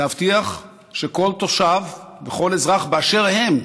להבטיח שכל תושב וכל אזרח באשר הם,